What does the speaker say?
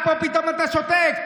פה פתאום אתה שותק.